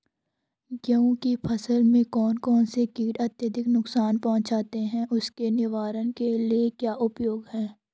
गेहूँ की फसल में कौन कौन से कीट अत्यधिक नुकसान पहुंचाते हैं उसके निवारण के क्या उपाय हैं?